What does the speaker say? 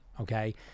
okay